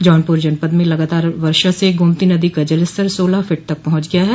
जौनपुर जनपद में लगातार वर्षा से गोमती नदी का जल स्तर सोलह फिट तक पहुंच गया है